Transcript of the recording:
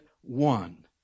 one